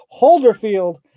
Holderfield